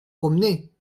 promener